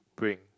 bring